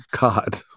God